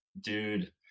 dude